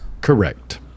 Correct